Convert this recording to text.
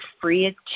free